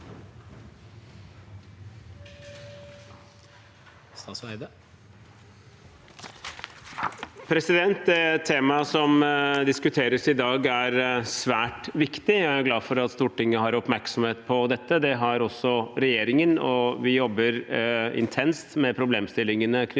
Temaet som diskuteres i dag, er svært viktig, og jeg er glad for at Stortinget har oppmerksomhet på det. Det har også regjeringen, og vi jobber intenst med problemstillingene knyttet